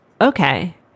okay